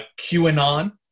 QAnon